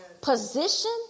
position